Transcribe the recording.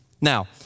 Now